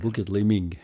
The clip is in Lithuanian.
būkit laimingi